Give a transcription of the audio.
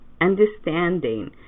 understanding